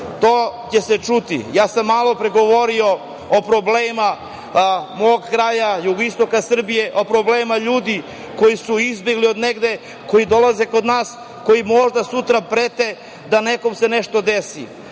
to će se čuti. Malopre sam govorio o problemima mog kraja, jugoistoka Srbije, o problemima ljudi koji su izbegli od negde, koji dolaze kod nas, koji možda sutra prete da se nekom nešto desi.